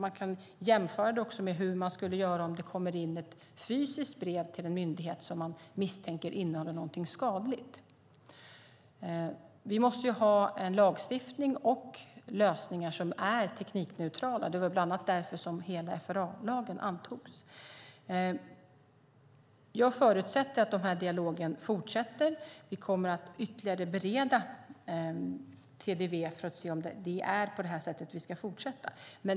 Vi kan jämföra med hur man skulle göra om det kommer in ett fysiskt brev som man misstänker innehåller något skadligt till en myndighet. Vi måste ha en lagstiftning och lösningar som är teknikneutrala. Det var bland annat därför som hela FRA-lagen antogs. Jag förutsätter att dialogen fortsätter. Vi kommer att ytterligare bereda TDV för att se om det är på det sättet som vi ska fortsätta.